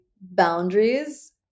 boundaries